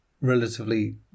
relatively